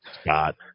Scott